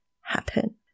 happen